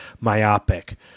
myopic